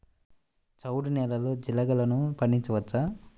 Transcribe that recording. చవుడు నేలలో జీలగలు పండించవచ్చా?